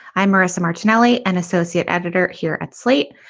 i'm marissa martinelli, an associate editor here at slate.